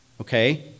Okay